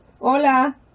Hola